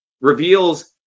reveals